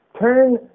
Turn